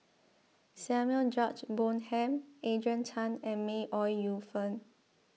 Samuel George Bonham Adrian Tan and May Ooi Yu Fen